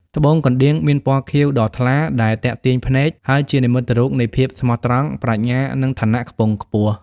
ត្បូងកណ្ដៀងមានពណ៌ខៀវដ៏ថ្លាដែលទាក់ទាញភ្នែក ហើយជានិមិត្តរូបនៃភាពស្មោះត្រង់ ប្រាជ្ញា និងឋានៈខ្ពង់ខ្ពស់។